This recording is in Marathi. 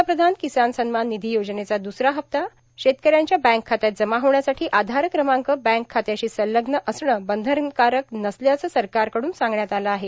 पंतप्रधान किसान सन्मान निधी योजनेचा दुसरा हप्ता शेतकऱ्यांच्या बँक खात्यात जमा होण्यासाठी आधार क्रमांक बँक खात्यांशी संलग्न असणं बंधनकारक नसल्याचं सरकारकडून सांगण्यात आलं आहे